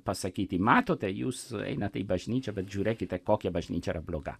pasakyti matote jūs einate į bažnyčią bet žiūrėkite kokia bažnyčia yra bloga